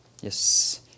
Yes